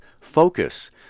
Focus